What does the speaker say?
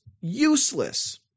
useless